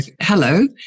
Hello